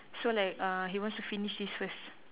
so like uh he wants to finish this first